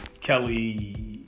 Kelly